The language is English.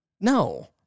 no